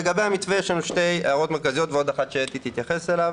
לגבי המתווה יש לנו שתי הערות מרכזיות ועוד אחת שאתי תתייחס אליה.